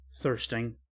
thirsting